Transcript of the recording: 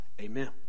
Amen